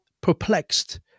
perplexed